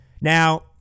Now